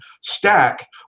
stack